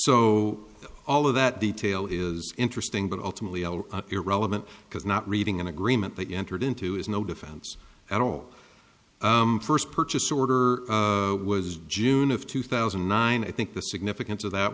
so all of that detail is interesting but ultimately irrelevant because not reading an agreement they entered into is no defense at all first purchase order was june of two thousand and nine i think the significance of that